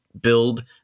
build